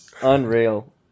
Unreal